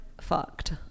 fucked